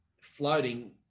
floating